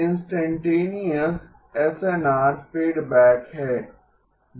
instantaneous SNR feedback है